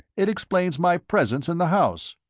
it explains my presence in the house.